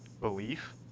belief